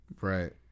Right